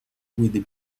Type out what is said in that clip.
with